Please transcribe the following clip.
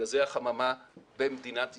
גזי החממה במדינת ישראל.